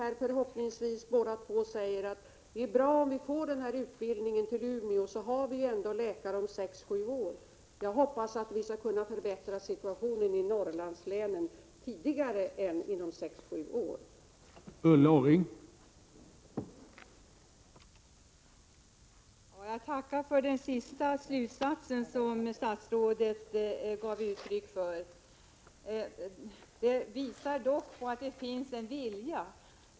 1 mars 1988 Ni säger här båda två att det är bra om vi får denna utbildning till Umå, för ZGG Omarbetssituationen då har vi läkare om sex sju år. Jag hoppas att vi skall kunna förbättra 2 försäkrindel situationen i Norrlandslänen tidigare än inom sex sju år.